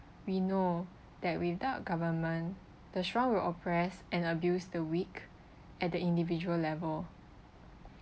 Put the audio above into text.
we know that without government the strong will oppress and abuse the weak at the individual level